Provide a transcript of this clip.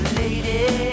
lady